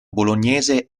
bolognese